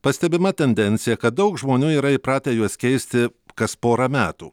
pastebima tendencija kad daug žmonių yra įpratę juos keisti kas porą metų